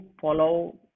follow